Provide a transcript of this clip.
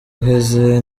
uheze